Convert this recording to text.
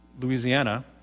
Louisiana